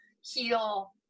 heal